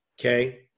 okay